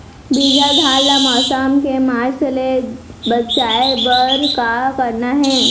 बिजहा धान ला मौसम के मार्च ले बचाए बर का करना है?